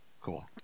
Cool